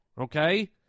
okay